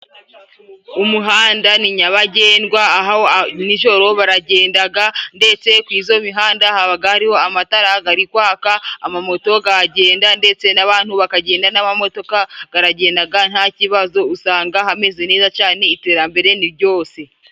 Umuhanda ni nyabagendwa aho, nijoro baragendaga ndetse ku izo mihanda habaga hariho amatara garikwaka, amamoto garagenda ndetse n'abantu bakagenda n'amamotoka garagendaga nta kibazo, usanga hameze neza cyane iterambere ni jyose.